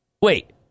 Wait